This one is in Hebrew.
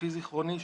לפי זכרוני,